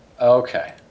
Okay